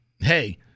Hey